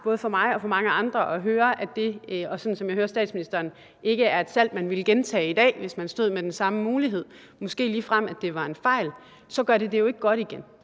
sådan som jeg hører statsministeren – at det ikke er et salg, man ville gentage i dag, hvis man stod med den samme mulighed, og at det måske ligefrem var en fejl, så gør det det jo ikke godt igen.